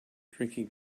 drinking